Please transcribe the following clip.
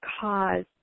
cause